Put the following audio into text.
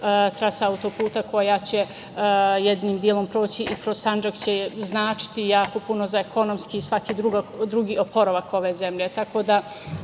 Trasa auto-puta koja će jednim delom proći i kroz Sandžak će značiti jako puno za ekonomski i svaki drugi oporavak ove zemlje. Tako